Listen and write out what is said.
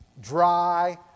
dry